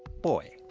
boy.